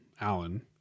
Alan